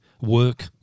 work